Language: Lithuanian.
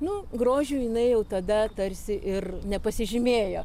nu grožiu jinai jau tada tarsi ir nepasižymėjo